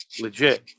legit